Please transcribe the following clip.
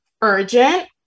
urgent